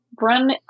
run